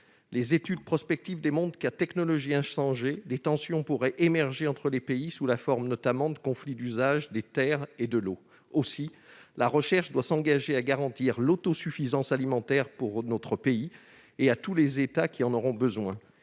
Les études prospectives montrent que, à technologie inchangée, des tensions pourraient émerger entre les pays, notamment sous la forme de conflits d'usage des terres et de l'eau. Aussi, la recherche doit s'engager à garantir l'autosuffisance alimentaire pour notre pays et à tous les États qui en auront besoin.